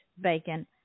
bacon